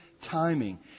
timing